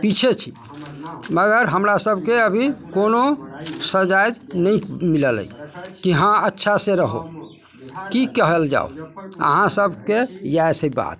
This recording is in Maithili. पिछे छी मगर हमरासबके अभी कोनो सजाइ नहि मिलल अइ कि हँ अच्छासँ रहू कि कहल जाउ अहाँसबके इएह छै बात